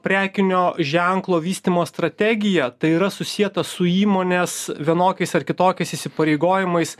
prekinio ženklo vystymo strategija tai yra susieta su įmonės vienokiais ar kitokiais įsipareigojimais